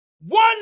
One